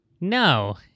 No